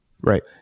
Right